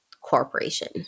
corporation